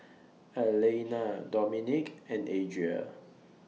Alaina Dominik and Adria